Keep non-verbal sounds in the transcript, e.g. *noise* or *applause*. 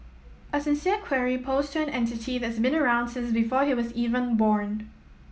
a sincere query posed to an entity that's been around since before he was even born *unintelligible*